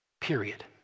period